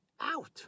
out